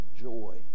joy